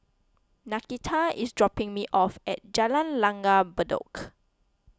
Nakita is dropping me off at Jalan Langgar Bedok